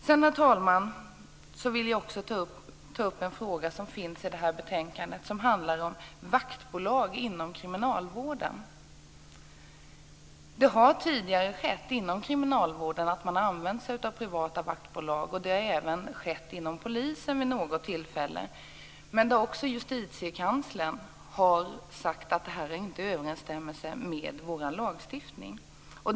Sedan, herr talman, vill jag också ta upp en fråga som finns i det här betänkandet som handlar om vaktbolag inom kriminalvården. Det har tidigare skett inom kriminalvården att man har använt sig av privata vaktbolag. Det har även skett inom polisen vid något tillfälle. Men justitiekanslern har sagt att det här inte är i överensstämmelse med vår lagstiftning.